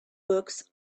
books